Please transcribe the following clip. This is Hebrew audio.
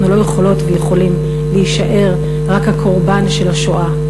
אנחנו לא יכולות ויכולים להישאר רק הקורבן של השואה.